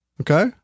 Okay